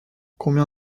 combien